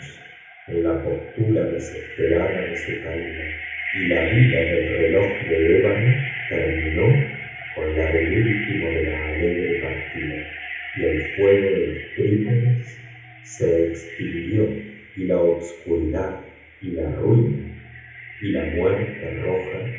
en la postura desesperada de su caída y la vida del reloj de ébano terminó con la del último de la alegre partida y el fuego de los trípodes se extinguió y la obscuridad y la ruina y la muerte roja